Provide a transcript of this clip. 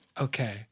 Okay